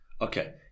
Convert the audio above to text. Okay